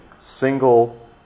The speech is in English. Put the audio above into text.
single